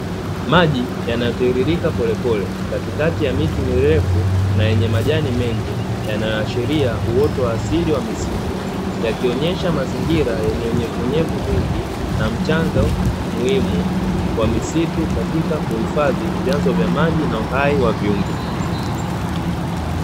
Maji yanayotiririka pole pole katikati ya miti mirefu na yenye majani mengi, yanayoashiria uoto wa asili wa misitu. Yakionyesha mazingira yenye unyevunyevu mwingi na mchango muhimu wa msitu katika kuhifadhi vyanzo vya maji na uhai wa viumbe.